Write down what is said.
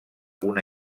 una